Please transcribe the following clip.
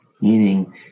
meaning